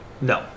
No